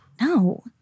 No